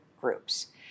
groups